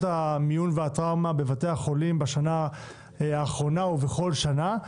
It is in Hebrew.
המיון והטראומה בבתי החולים בשנה האחרונה ובכל שנה,